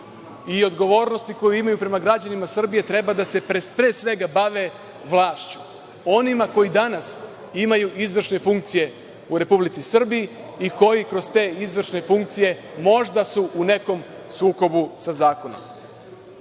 i odgovornosti koju imaju prema građanima Srbije treba da se pre svega bave vlašću, onima koji danas imaju izvršne funkcije u Republici Srbiji i koji kroz te izvršne funkcije možda su u nekom sukobu sa zakonom. Ovi